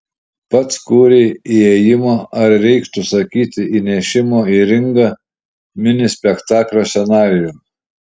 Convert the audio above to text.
pats kūrei įėjimo ar reiktų sakyti įnešimo į ringą mini spektaklio scenarijų